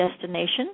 Destination